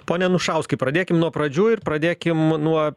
pone anušauskai pradėkim nuo pradžių ir pradėkim nuo